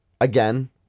Again